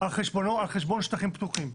על חשבון שטחים פתוחים.